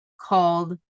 called